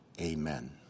amen